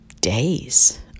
days